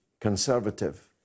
conservative